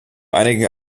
einige